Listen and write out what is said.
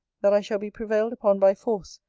that i shall be prevailed upon by force,